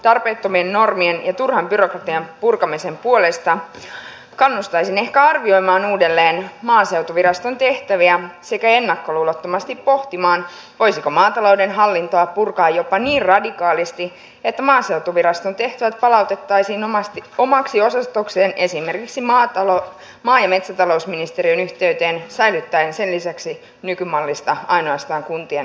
tarpeettomien normien ja turhan byrokratian purkamisen puolesta kannustaisin ehkä arvioimaan uudelleen maaseutuviraston tehtäviä sekä ennakkoluulottomasti pohtimaan voisiko maatalouden hallintoa purkaa jopa niin radikaalisti että maaseutuviraston tehtävät palautettaisiin omaksi osastokseen esimerkiksi maa ja metsätalousministeriön yhteyteen säilyttäen sen lisäksi nykymallista ainoastaan kuntien maaseutusihteerien tehtävät